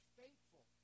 faithful